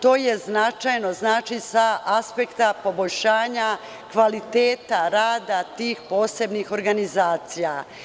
To je značajno sa aspekta poboljšanja kvaliteta rada tih posebnih organizacija.